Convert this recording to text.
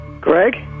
Greg